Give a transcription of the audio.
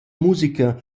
musica